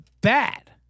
bad